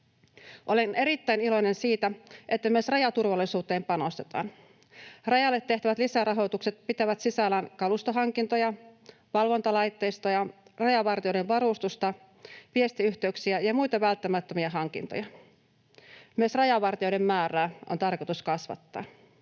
Olen erittäin iloinen siitä, että myös rajaturvallisuuteen panostetaan. Rajalle tehtävät lisärahoitukset pitävät sisällään kalustohankintoja, valvontalaitteistoja, rajavartijoiden varustusta, viestiyhteyksiä ja muita välttämättömiä hankintoja. Myös rajavartijoiden määrää on tarkoitus kasvattaa.